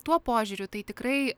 tuo požiūriu tai tikrai